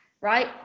right